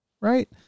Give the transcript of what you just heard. right